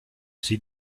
see